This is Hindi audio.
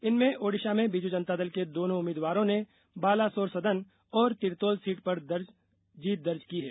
इनमें ओडिशा में बीजू जनता दल के दोनों उम्मीवदवारों ने बालासोर सदन और तिरतोल सीट पर दर्ज की है